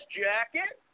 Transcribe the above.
jacket